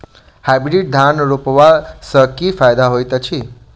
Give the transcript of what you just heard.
Hybrid धान रोपला सँ की फायदा होइत अछि?